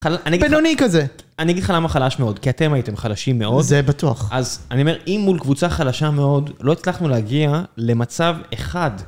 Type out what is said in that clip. בינוני כזה. אני אגיד לך למה חלש מאוד, כי אתם הייתם חלשים מאוד. זה בטוח. אז אני אומר אם מול קבוצה חלשה מאוד לא הצלחנו להגיע למצב אחד.